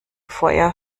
feuer